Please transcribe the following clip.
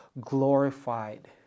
glorified